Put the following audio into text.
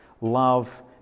love